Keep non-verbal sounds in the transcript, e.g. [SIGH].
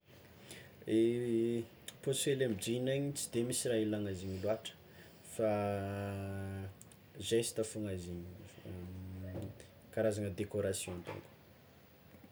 [HESITATION] Paosy hely amy jean igny tsy de misy raha ilagna izy igny loatra fa [HESITATION] zesta fôgna izy igny, [HESITATION] karazagna decoration dônko.